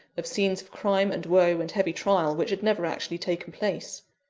of scenes of crime and woe and heavy trial which had never actually taken place.